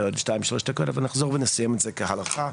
אבל נחזור ונסיים את זה כהלכה.